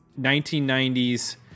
1990s